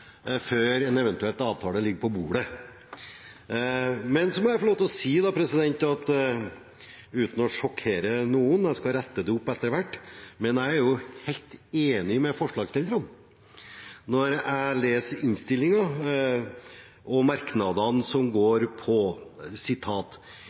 før den eventuelt ligger på bordet. Men så må jeg få lov til å si uten å sjokkere noen – jeg skal rette det opp etter hvert – at jeg er helt enig med forslagsstillerne når jeg leser innstillingen og merknadene, hvor det står: «Desse medlemene peiker på